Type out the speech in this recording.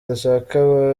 idashaka